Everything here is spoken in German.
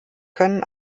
können